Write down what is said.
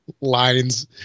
lines